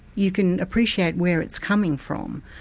you can appreciate where it's coming from.